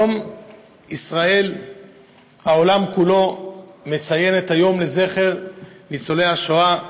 היום העולם כולו מציין את היום לזכר ניצולי שואה.